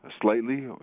slightly